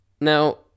Now